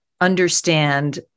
understand